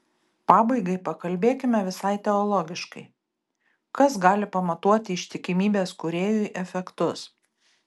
pabaigai pakalbėkime visai teologiškai kas gali pamatuoti ištikimybės kūrėjui efektus